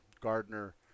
Gardner